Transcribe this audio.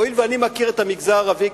הואיל ואני מכיר את המגזר הערבי,